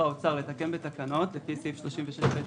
האוצר לתקן בתקנות לפי סעיף 36(ב1).